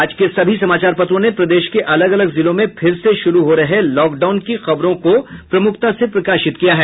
आज के सभी समाचार पत्रों ने प्रदेश के अलग अलग जिलों में फिर से शुरू हो रहे लॉकडाउन की खबरों को प्रमुखता से प्रकाशित किया है